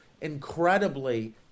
incredibly